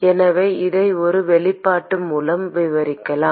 எனவே இதை ஒரு வெளிப்பாடு மூலம் விவரிக்கலாம்